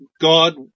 God